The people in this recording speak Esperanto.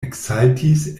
eksaltis